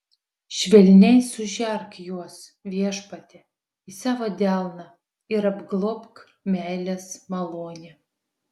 švelniai sužerk juos viešpatie į savo delną ir apglobk meilės malone